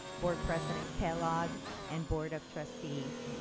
board president kellogg and board of trustees.